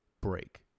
break